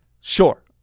sure